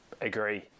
agree